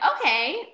okay